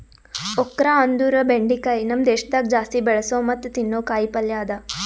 okra ಅಂದುರ್ ಬೆಂಡಿಕಾಯಿ ನಮ್ ದೇಶದಾಗ್ ಜಾಸ್ತಿ ಬೆಳಸೋ ಮತ್ತ ತಿನ್ನೋ ಕಾಯಿ ಪಲ್ಯ ಅದಾ